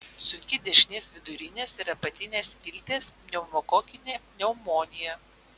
sunki dešinės vidurinės ir apatinės skilties pneumokokinė pneumonija